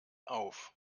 auf